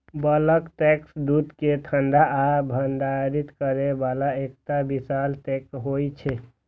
bulk tank दूध कें ठंडा आ भंडारित करै बला एकटा विशाल टैंक होइ छै